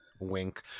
Wink